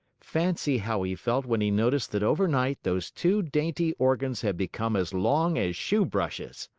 fancy how he felt when he noticed that overnight those two dainty organs had become as long as shoe brushes!